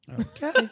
Okay